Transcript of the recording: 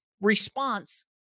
response